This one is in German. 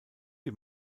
die